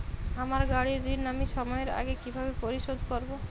আমার গাড়ির ঋণ আমি সময়ের আগে কিভাবে পরিশোধ করবো?